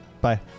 bye